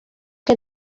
que